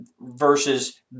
versus